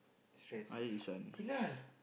stress